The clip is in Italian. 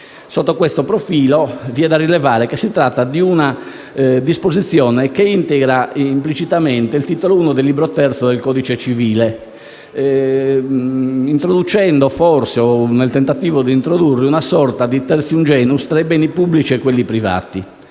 Sotto questo profilo vi è da rilevare che si tratta di una disposizione che integra implicitamente il Titolo I del libro terzo del codice civile, nel tentativo di introdurre una sorta di *tertium genus* tra i beni pubblici e quelli privati.